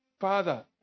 father